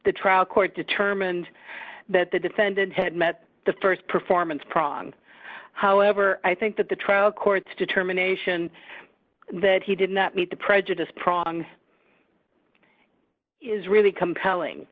the trial court determined that the defendant had met the st performance prong however i think that the trial court's determination that he did not meet the prejudice prong is really compelling